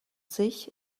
sich